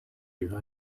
you